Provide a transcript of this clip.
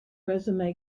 resume